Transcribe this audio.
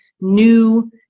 new